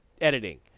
editing